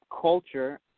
culture